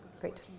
great